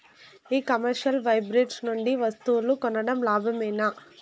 ఈ commerce website నుండి వస్తువులు కొనడం లాభమేనా?